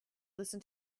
listen